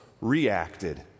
reacted